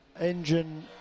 engine